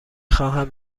خواهم